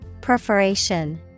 Perforation